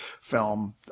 film